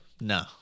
No